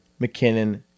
McKinnon